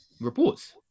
Reports